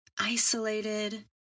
isolated